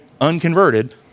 unconverted